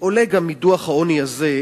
ועולה גם מדוח העוני הזה,